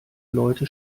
leute